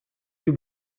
più